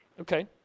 Okay